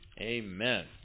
Amen